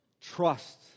trust